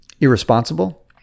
irresponsible